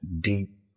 deep